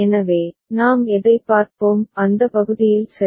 எனவே நாம் எதைப் பார்ப்போம் அந்த பகுதியில் சரி